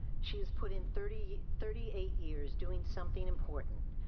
she has put in thirty thirty eight years doing something important,